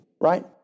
right